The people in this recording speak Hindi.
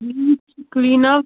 क्लीनअप